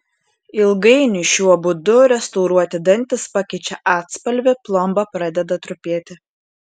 ilgainiui šiuo būdu restauruoti dantys pakeičia atspalvį plomba pradeda trupėti